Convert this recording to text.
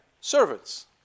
Servants